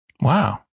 Wow